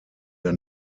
der